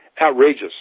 outrageous